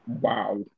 Wow